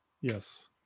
yes